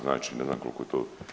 Znači ne znam koliko je to.